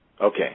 okay